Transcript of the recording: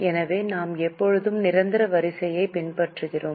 எனவே நாம் எப்போதும் நிரந்தர வரிசையை பின்பற்றுகிறோம்